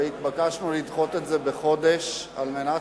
והתבקשנו לדחות את זה בחודש על מנת